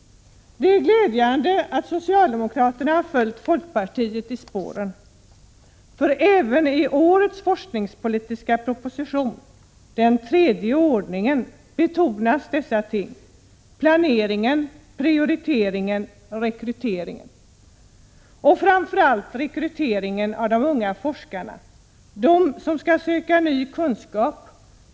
Det är glädjande att socialdemokraterna har följt folkpartiet i spåren. Även i årets forskningspolitiska proposition, den tredje i ordningen, betonas dessa ting — planering, prioritering och rekrytering. Det gäller framför allt rekrytering av de unga forskarna som skall söka ny kunskap.